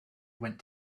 went